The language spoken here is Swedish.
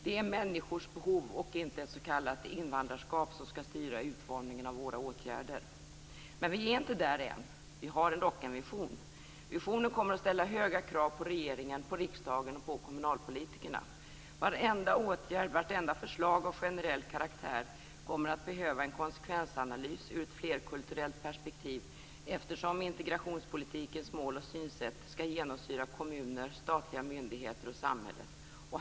Det är människors behov och inte ett s.k. invandrarskap som skall styra utformningen av våra åtgärder. Men vi är inte där än. Vi har dock en vision. Visionen kommer att ställa höga krav på regeringen, riksdagen och kommunalpolitikerna. Varenda åtgärd, vartenda förslag av generell karaktär kommer att behöva en konsekvensanalys ur ett flerkulturellt perspektiv eftersom integrationspolitikens mål och synsätt skall genomsyra kommuner, statliga myndigheter och samhället.